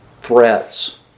Threats